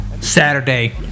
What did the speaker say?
Saturday